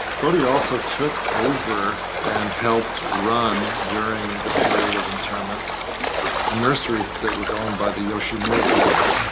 boddy also took over and helped run during the period of internment a nursery that was owned by the yoshimura family,